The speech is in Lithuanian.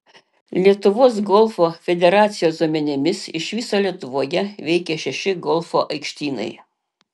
lietuvos golfo federacijos duomenimis iš viso lietuvoje veikia šeši golfo aikštynai